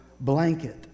blanket